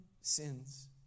sins